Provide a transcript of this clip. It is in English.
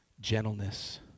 Gentleness